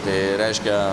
tai reiškia